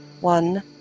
one